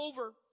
over